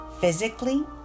physically